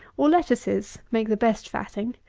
or lettuces, make the best fatting.